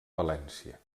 valència